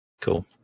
Cool